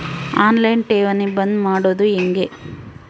On line ಠೇವಣಿ ಬಂದ್ ಮಾಡೋದು ಹೆಂಗೆ?